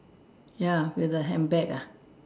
ya with a handbag ah